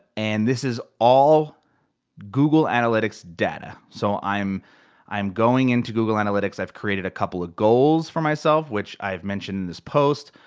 and this is all google analytics data. so i'm i'm going into google analytics. i've created a couple of goals for myself, which i've mentioned in this post.